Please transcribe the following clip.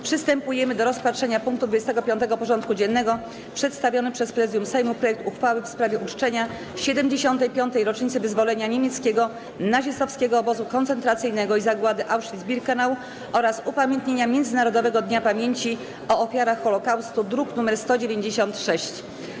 Przystępujemy do rozpatrzenia punktu 25. porządku dziennego: Przedstawiony przez Prezydium Sejmu projekt uchwały w sprawie uczczenia 75. rocznicy wyzwolenia niemieckiego nazistowskiego obozu koncentracyjnego i zagłady Auschwitz-Birkenau oraz upamiętnienia Międzynarodowego Dnia Pamięci o Ofiarach Holocaustu (druk nr 196)